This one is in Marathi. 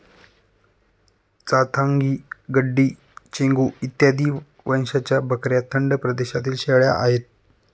चांथागी, गड्डी, चेंगू इत्यादी वंशाच्या बकऱ्या थंड प्रदेशातील शेळ्या आहेत